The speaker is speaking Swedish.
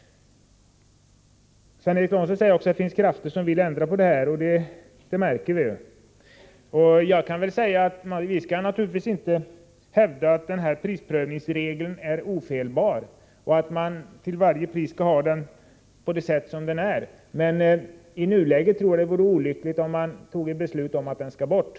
Sven Eric Lorentzon säger att det finns krafter som verkar för en ändring på detta område. Ja, det har vi lagt märke till. Naturligtvis skall man inte hävda att prisprövningsregeln är ofelbar och att den till varje pris skall vara oförändrad. Men i nuläget skulle det nog vara olyckligt att fatta beslut om ett slopande av denna regel.